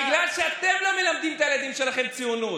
בגלל שאתם לא מלמדים את הילדים שלכם ציונות.